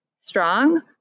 strong